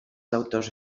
autors